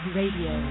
radio